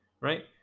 right